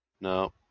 No